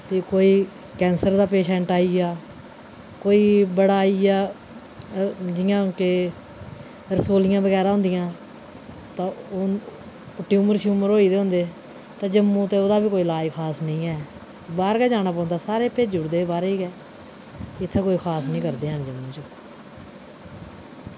फ्ही कोई कैंसर दा पेशेंट आई गेआ कोई बड़ा आई गेआ जि'यां के रसोलियां बगैरा होंदियां तां हून ट्यूमर शयुमर होई दे होंदे ते जम्मू ते उदा बी कोई लाज खास नेईं ऐ बाह्र गै जाना पौंदा सारे भेजी ओड़दे बाह्र गै इत्थें कोई खास निं करदे हैन जम्मू च